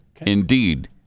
Indeed